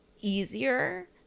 easier